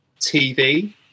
TV